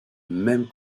même